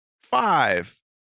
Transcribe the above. five